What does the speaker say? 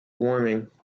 warming